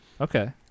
Okay